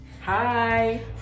Hi